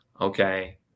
okay